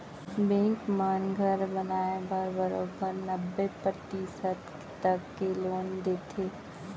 bank मन घर बनाए बर बरोबर नब्बे परतिसत तक के लोन देथे